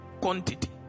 quantity